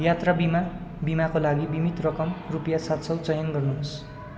यात्रा बिमा बिमाको लागि बिमित रकम रुपियाँ सात सय चयन गर्नु होस्